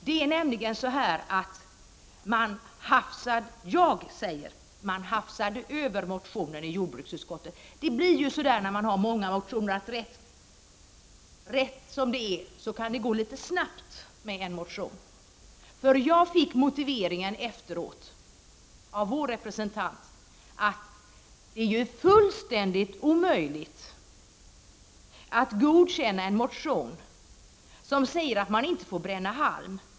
Herr talman! På sitt sätt har Birthe Sörestedt rätt. Jag anser att man hafsade över motionen i jordbruksutskottet. Det blir ju så när man har många motioner att behandla. Rätt som det är kan det gå litet snabbt vid behandlingen av en motion. Jag fick motiveringen till avstyrkandet efteråt av vår representant. Man menade att det var fullständigt omöjligt att godkänna en motion som säger att man inte får bränna halm.